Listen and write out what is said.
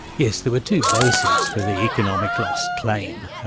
yes, there were two bases for the economic loss claim.